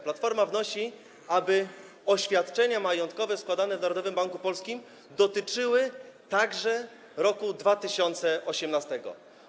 Platforma wnosi, aby oświadczenia majątkowe składane w Narodowym Banku Polskim dotyczyły także roku 2018.